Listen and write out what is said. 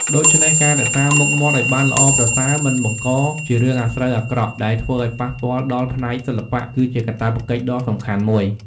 ដូច្នេះ ការរក្សាមុខមាត់ឱ្យបានល្អប្រសើរមិនបង្កជារឿងអាស្រូវអាក្រក់ដែលធ្វើអោយប៉ះពាល់ដល់ផ្នែកសិល្បះ គឺជាកាតព្វកិច្ចដ៏សំខាន់មួយ។